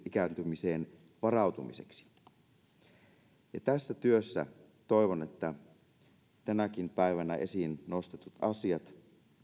ikääntymiseen varautumiseksi toivon että tässä työssä tänäkin päivänä esiin nostetut asiat